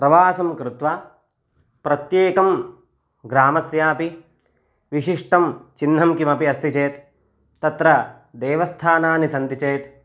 प्रवासं कृत्वा प्रत्येकं ग्रामस्यापि विशिष्टं चिह्नं किमपि अस्ति चेत् तत्र देवस्थानानि सन्ति चेत्